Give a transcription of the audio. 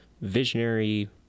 visionary